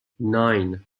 nine